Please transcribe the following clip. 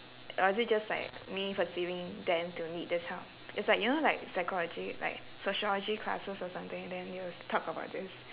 or is it just like me perceiving them to need this help it's like you know like psychology like sociology classes or something then they'll talk about this